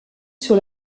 sur